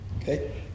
Okay